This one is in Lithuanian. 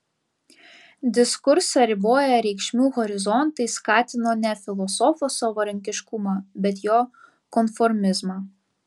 diskursą riboję reikšmių horizontai skatino ne filosofo savarankiškumą bet jo konformizmą